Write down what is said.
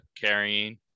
carrying